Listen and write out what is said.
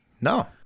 No